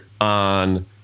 on